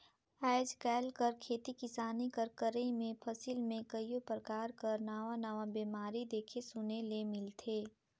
आएज काएल कर खेती किसानी कर करई में फसिल में कइयो परकार कर नावा नावा बेमारी देखे सुने ले मिलथे